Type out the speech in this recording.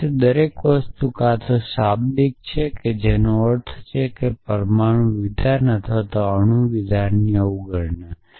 અને તેમાંથી દરેક વસ્તુ ક્યાં તો શાબ્દિક હોય છે જેનો અર્થ થાય છે પરમાણુ વિધાન અથવા અણુ વિધાનની અવગણના